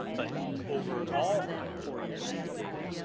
but over all four years of the data,